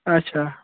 اَچھا